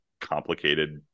complicated